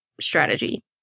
strategy